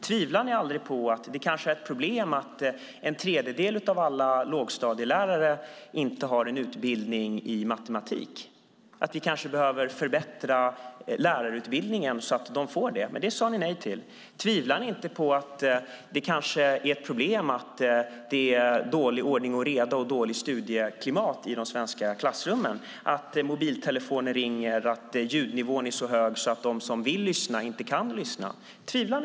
Tänker ni aldrig att det kanske är ett problem att en tredjedel av alla lågstadielärare inte har en utbildning i matematik och att vi kanske behöver förbättra lärarutbildningen så att de får det? Det sade ni nej till. Tänker ni aldrig att det kanske är ett problem att det är dålig ordning och reda och dåligt studieklimat i de svenska klassrummen med mobiltelefoner som ringer och en ljudnivå som är så hög att de som vill lyssna inte kan lyssna?